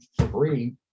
three